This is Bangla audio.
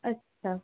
আচ্ছা